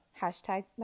hashtag